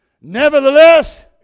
Nevertheless